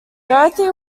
dorothy